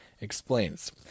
explains